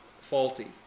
faulty